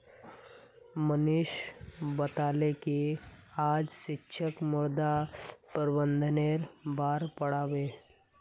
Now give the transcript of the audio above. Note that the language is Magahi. मनीष बताले कि आइज शिक्षक मृदा प्रबंधनेर बार पढ़ा बे